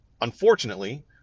Unfortunately